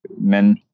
men